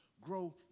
grow